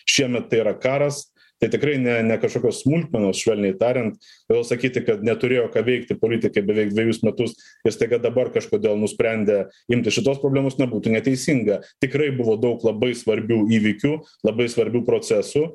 šiemet tai yra karas tai tikrai ne ne kažkokios smulkmenos švelniai tariant todėl sakyti kad neturėjo ką veikti politikai beveik dvejus metus ir staiga dabar kažkodėl nusprendė imtis šitos problemos na būtų neteisinga tikrai buvo daug labai svarbių įvykių labai svarbių procesų